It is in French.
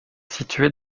située